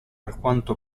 alquanto